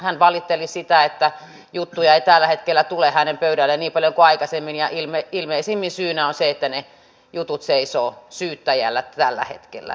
hän valitteli sitä että juttuja ei tällä hetkellä tule hänen pöydälleen niin paljon kuin aikaisemmin ja ilmeisimmin syynä on se että ne jutut seisovat syyttäjällä tällä hetkellä